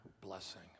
blessing